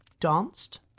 Danced